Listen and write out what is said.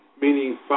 meaning